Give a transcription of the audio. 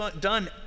done